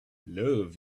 love